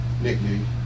nickname